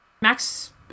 Max